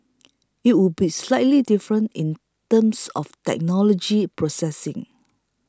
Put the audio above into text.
it would be slightly different in terms of technology processing